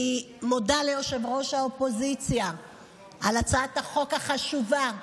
אני מודה ליושב-ראש האופוזיציה על הצעת החוק החשובה.